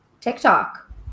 TikTok